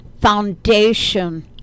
foundation